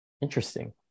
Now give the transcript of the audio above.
interesting